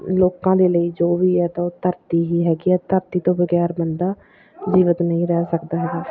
ਲੋਕਾਂ ਦੇ ਲਈ ਜੋ ਵੀ ਹੈ ਤਾਂ ਉਹ ਧਰਤੀ ਹੀ ਹੈਗੀ ਆ ਧਰਤੀ ਤੋਂ ਬਗੈਰ ਬੰਦਾ ਜੀਵਤ ਨਹੀਂ ਰਹਿ ਸਕਦਾ ਹੈਗਾ